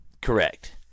Correct